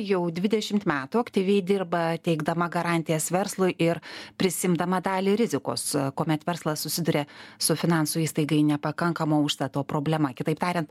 jau dvidešimt metų aktyviai dirba teikdama garantijas verslui ir prisiimdama dalį rizikos kuomet verslas susiduria su finansų įstaigai nepakankamo užstato problema kitaip tariant